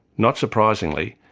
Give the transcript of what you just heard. not surprisingly,